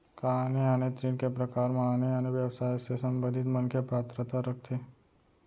का आने आने ऋण के प्रकार म आने आने व्यवसाय से संबंधित मनखे पात्रता रखथे?